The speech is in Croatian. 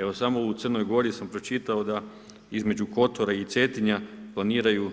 Evo samo u Crnoj Gori sam pročitao da između Kotora i Cetinja planiraju